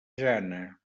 jana